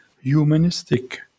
humanistic